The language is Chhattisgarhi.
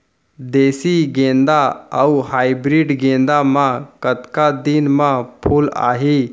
देसी गेंदा अऊ हाइब्रिड गेंदा म कतका दिन म फूल आही?